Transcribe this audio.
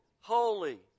holy